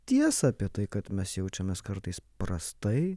tiesą apie tai kad mes jaučiamės kartais prastai